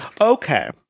Okay